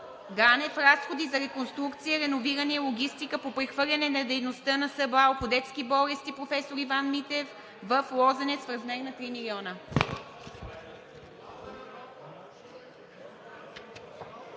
Ганев: „Разходи за реконструкция, реновиране и логистика по прехвърляне на дейността на СБАЛ по детски болести „Проф. д-р Иван Митев“ в МБАЛ „Лозенец“ в размер на 3 милиона“.